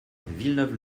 villeneuve